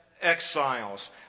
exiles